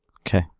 Okay